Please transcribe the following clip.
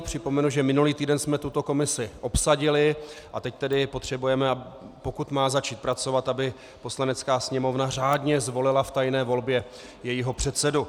Připomenu, že minulý týden jsme tuto komisi obsadili, a teď tedy potřebujeme, pokud má začít pracovat, aby Poslanecká sněmovna řádně zvolila v tajné volbě jejího předsedu.